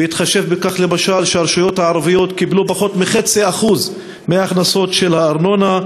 בהתחשב בכך שהרשויות הערביות קיבלו פחות מ-0.5% מההכנסות של הארנונה.